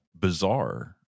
bizarre